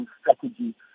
strategy